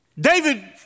David